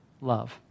Love